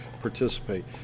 participate